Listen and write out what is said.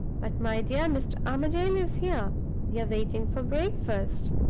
but, my dear, mr. armadale is here we are waiting for breakfast.